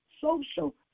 social